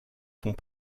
font